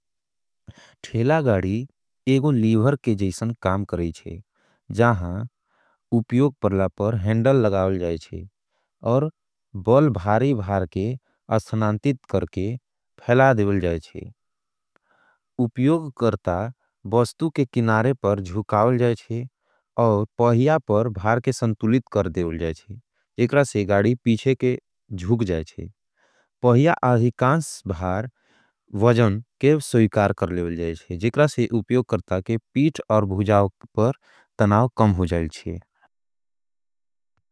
ठेला गाड़ी एगो लीवर के जैसन काम करेंचे, जहां उप्योग परला पर हेंडल लगाओल जाएचे, और बल भारी भार के अस्थनांतित करके फैला देवल जाएचे। उप्योग करता बस्तु के किनारे पर जुकाओल जाएचे, और पहिया पर भार के संतुलित कर देवल जाएचे, जेकरा से गाड़ी पीछे के जुक जाएचे। पहिया अधिकांस भार वजन के सोईकार कर लेवल जाएचे, जेकरा से उप्योग करता के पीट और भूजाओं पर तनाव कम हो जाएचे।